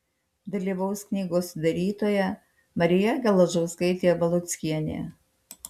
dalyvaus knygos sudarytoja marija geležauskaitė valuckienė